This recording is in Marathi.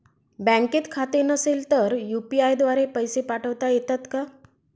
बँकेत खाते नसेल तर यू.पी.आय द्वारे पैसे पाठवता येतात का?